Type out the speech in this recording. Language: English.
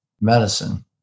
medicine